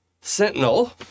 Sentinel